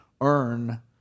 earn